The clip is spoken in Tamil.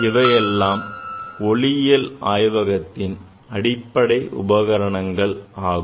இவையெல்லாம் ஒளியியல் ஆய்வகத்தின் அடிப்படை உபகரணங்கள் ஆகும்